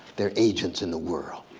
they're agents in the world.